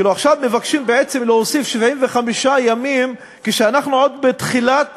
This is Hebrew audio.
מבקשים עכשיו להוסיף 75 ימים, כשאנחנו עוד בתחילת